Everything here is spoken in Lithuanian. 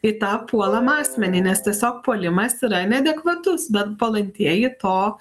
į tą puolamą asmenį nes tiesiog puolimas yra neadekvatus bet puolantieji to